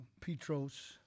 Petros